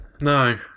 no